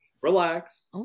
Relax